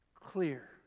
clear